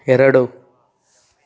ಎರಡು